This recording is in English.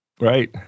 Right